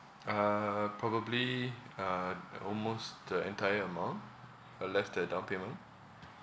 uh probably uh almost the entire amount uh less the down payment